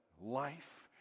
life